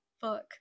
Fuck